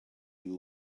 you